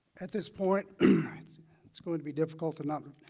at this point it's it's going to be difficult to not